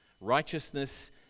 Righteousness